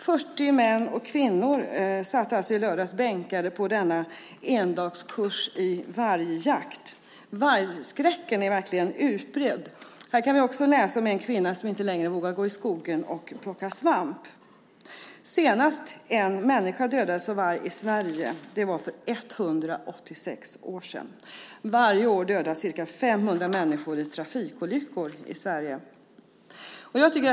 40 män och kvinnor satt alltså i lördags bänkade på denna endagskurs i vargjakt. Vargskräcken är verkligen utbredd. Vi kan också läsa om en kvinna som inte längre vågar gå i skogen och plocka svamp. Det var 186 år sedan en människa senast dödades av varg i Sverige! Samtidigt dödas i Sverige varje år ca 500 människor i trafikolyckor.